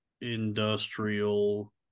industrial